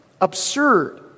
absurd